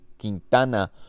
Quintana